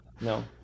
no